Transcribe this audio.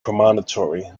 promontory